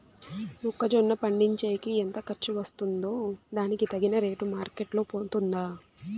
మొక్క జొన్న పండించేకి ఎంత ఖర్చు వస్తుందో దానికి తగిన రేటు మార్కెట్ లో పోతుందా?